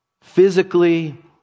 physically